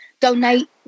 donate